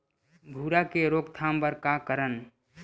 भूरा के रोकथाम बर का करन?